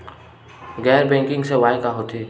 गैर बैंकिंग सेवाएं का होथे?